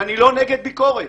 אני לא נגד ביקורת